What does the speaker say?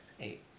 Eight